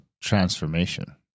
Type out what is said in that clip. transformation